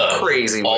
crazy